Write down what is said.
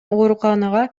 ооруканага